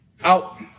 out